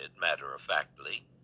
matter-of-factly